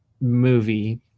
movie